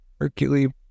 Hercule